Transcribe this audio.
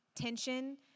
tension